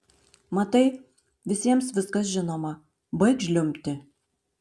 matai visiems viskas žinoma baik žliumbti